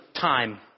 time